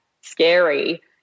scary